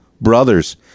brothers